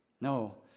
No